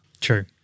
True